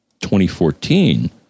2014